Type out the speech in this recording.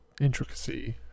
Intricacy